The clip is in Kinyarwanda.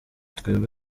twebwe